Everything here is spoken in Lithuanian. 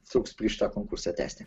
trūks plyš tą konkursą tęsti